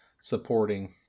supporting